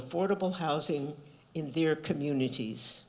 affordable housing in their communities